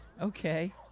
okay